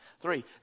Three